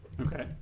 Okay